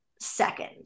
second